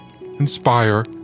inspire